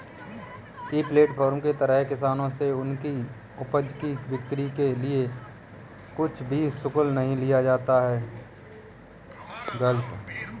ई platform के तहत किसानों से उनकी उपज की बिक्री के लिए कुछ भी शुल्क नहीं लिया जाएगा